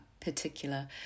particular